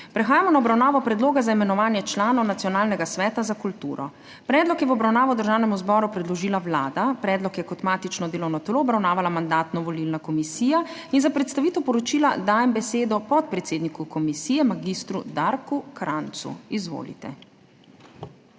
Prehajamo na obravnavo Predloga za imenovanje članov Nacionalnega sveta za kulturo. Predlog je v obravnavo Državnemu zboru predložila Vlada. Predlog je kot matično delovno telo obravnavala Mandatno-volilna komisija. Za predstavitev poročila dajem besedo podpredsedniku komisije mag. Darku Krajncu. Izvolite.